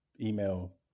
email